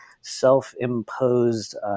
self-imposed